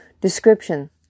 Description